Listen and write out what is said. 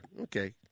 Okay